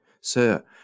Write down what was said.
Sir